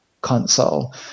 console